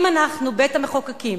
אם אנחנו, בית-המחוקקים,